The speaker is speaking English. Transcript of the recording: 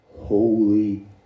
Holy